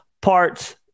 parts